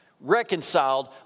Reconciled